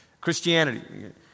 Christianity